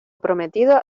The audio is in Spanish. prometido